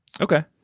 Okay